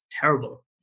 terrible